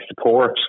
support